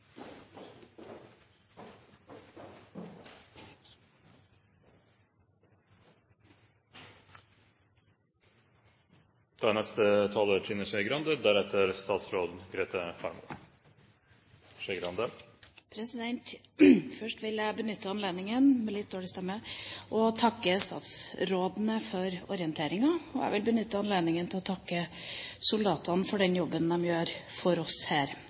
Først vil jeg benytte anledningen til å takke statsrådene for orienteringen, og jeg vil benytte anledningen til å takke soldatene for den jobben de gjør for oss her.